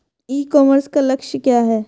ई commerce का लक्ष्य क्या है?